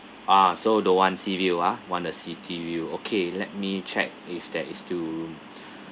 ah so don't want sea view ah want a city view okay let me check is there is still room